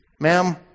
ma'am